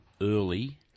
early